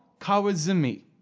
Kawazumi